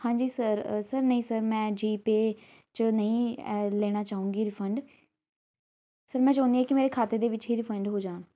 ਹਾਂਜੀ sir sir ਨਹੀਂ sir ਮੈਂ ਜੀ ਪੇਅ 'ਚ ਨਹੀਂ ਲੈਣਾ ਚਾਹੂੰਗੀ ਰਿਫੰਡ ਸਰ ਮੈਂ ਚਾਹੁੰਦੀ ਹਾਂ ਕਿ ਮੇਰੇ ਖਾਤੇ ਦੇ ਵਿੱਚ ਹੀ ਰਿਫੰਡ ਹੋ ਜਾਣ